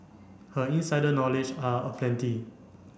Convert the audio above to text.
her insider knowledge are aplenty